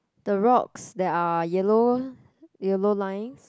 the rocks there are yellow yellow lines